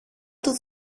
του